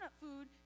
food